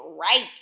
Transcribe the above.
right